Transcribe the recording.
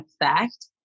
effect